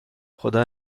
خدا